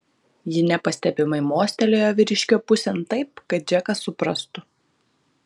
ji nepastebimai mostelėjo vyriškio pusėn taip kad džekas suprastų